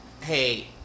hey